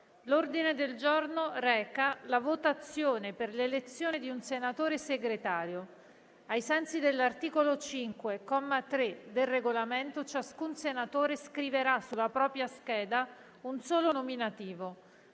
L'ordine del giorno reca la votazione per l'elezione di un senatore Segretario. Ai sensi dell'articolo 5, comma 3, del Regolamento, ciascun senatore scriverà sulla propria scheda un solo nominativo.